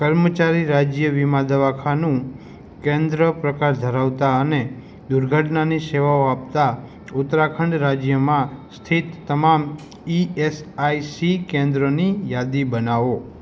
કર્મચારી રાજ્ય વીમા દવાખાનું કેન્દ્ર પ્રકાર ધરાવતા અને દુર્ઘટનાની સેવાઓ આપતા ઉત્તરાખંડ રાજ્યમાં સ્થિત તમામ ઇ એસ આઇ સી કેન્દ્રોની યાદી બનાવો